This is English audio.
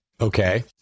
Okay